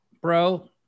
bro